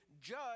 judge